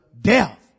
death